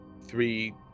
three